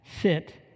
sit